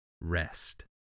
rest